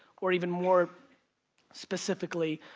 or even more specifically,